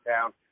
town